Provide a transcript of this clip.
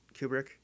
Kubrick